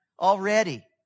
Already